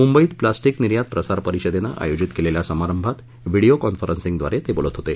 मुंबईत प्लॉस्टिक निर्यात प्रसार परिषदेनं आयोजित केलेल्या समारभांत व्हिडिओ कॉन्फरन्सिंगद्वारे ते बोलत होते